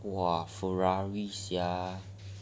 !wah! ferrari sia